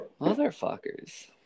motherfuckers